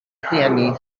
rhieni